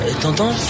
t'entends